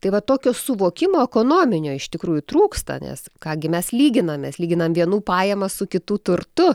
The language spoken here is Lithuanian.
tai va tokio suvokimo ekonominio iš tikrųjų trūksta nes ką gi mes lyginam mes lyginam vienų pajamas su kitų turtu